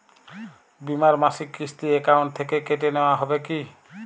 বিমার মাসিক কিস্তি অ্যাকাউন্ট থেকে কেটে নেওয়া হবে কি?